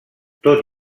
tot